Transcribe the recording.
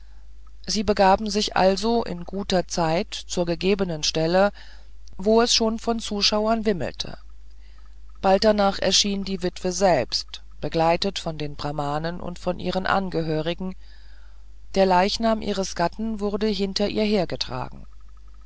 sie begaben sich also in guter zeit zur angegebenen stelle wo es schon von zuschauern wimmelte bald danach erschien die witwe selbst begleitet von den brahmanen und von ihren angehörigen der leichnam ihres gatten wurde hinter ihr hergetragen